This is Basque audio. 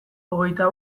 hogeita